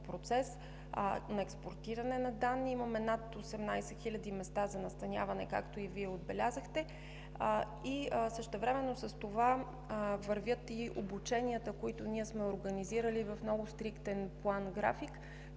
процес, а за експортиране на данни имаме над 18 хиляди места за настаняване, както и Вие отбелязахте. Същевременно с това вървят и обученията, които ние сме организирали в много стриктен план-график,